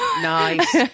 nice